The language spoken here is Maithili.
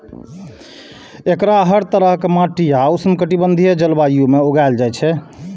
एकरा हर तरहक माटि आ उष्णकटिबंधीय जलवायु मे उगायल जाए छै